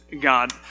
God